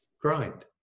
grind